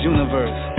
Universe